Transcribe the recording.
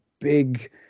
big